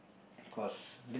of course